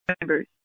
members